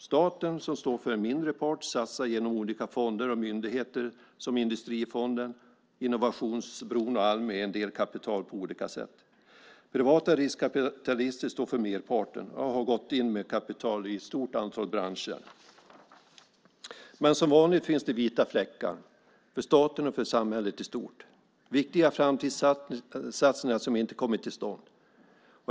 Staten, som står för en mindre part, satsar genom olika fonder och myndigheter, Industrifonden, Innovationsbron och Almi, en del kapital på olika sätt. Privata riskkapitalister står för merparten och har gått in med kapital i ett stort antal branscher. Men som vanligt finns vita fläckar för staten och för samhället i stort. Det är viktiga framtidssatsningar som inte kommer till stånd.